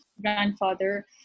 grandfather